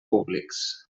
públics